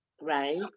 Right